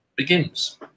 Begins